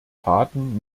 taten